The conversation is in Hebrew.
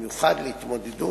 גובשה,